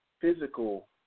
physical